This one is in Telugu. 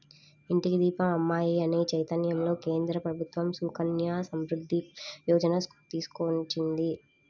ఇంటికి దీపం అమ్మాయి అనే చైతన్యంతో కేంద్ర ప్రభుత్వం సుకన్య సమృద్ధి యోజన తీసుకొచ్చింది